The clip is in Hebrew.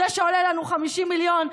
זה שעולה לנו 50 מיליון,